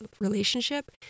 relationship